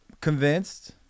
convinced